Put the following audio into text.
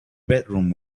bedroom